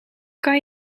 kan